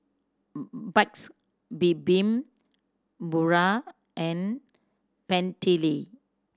Paik's Bibim Pura and Bentley